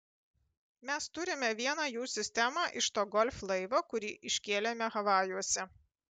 mes turime vieną jų sistemą iš to golf laivo kurį iškėlėme havajuose